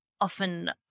often